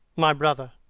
my brother.